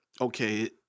okay